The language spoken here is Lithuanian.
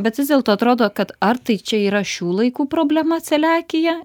bet vis dėlto atrodo kad ar tai čia yra šių laikų problema celiakija